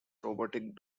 robotic